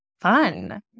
Fun